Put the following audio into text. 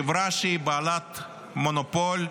חברה שהיא בעלת מונופול,